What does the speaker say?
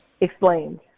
explained